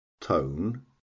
tone